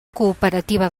cooperativa